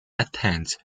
attends